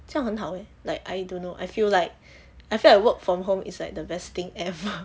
这样很好 eh like I don't know I feel like I feel like work from home is like the best thing ever